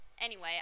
Anyway